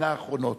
שנה האחרונות.